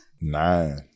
Nine